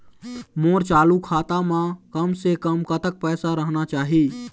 मोर चालू खाता म कम से कम कतक पैसा रहना चाही?